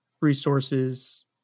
resources